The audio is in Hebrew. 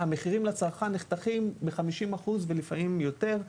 המחירים לצרכן נחתכים ב-50% ולפעמים יותר.